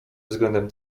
względem